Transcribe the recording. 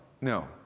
No